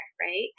Right